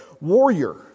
warrior